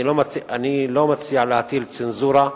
אני לא מציע להטיל צנזורה,